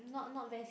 not not very